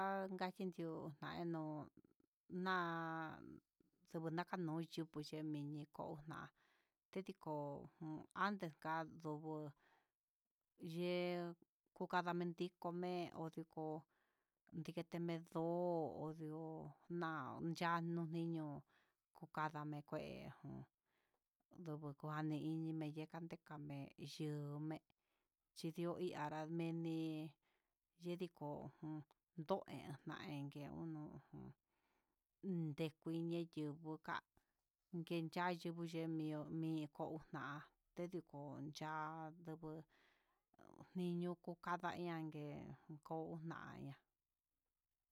Ha kanyii yuu ka'ano, há ndudu ndakano yuyimini ko'o já tetiko antes ka'a, ndogo yee tukadamento kone'e ho diko dikeme ndo ndó yanuu njiño'o, kandani kué jun, ndogo kuene ini yeme ndekane yuuné chinri iin anrá me'en, ndii yendiko jun nen yankee unó un yekuni kucheka yoka kenyan ndikunemiyo mi'e kouna'a ndengun cha'a nduguu niño kuu kadaña yangue kuko unaña.